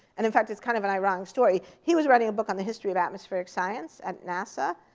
and in fact, it's kind of an ironic story. he was writing a book on the history of atmospheric science at nasa.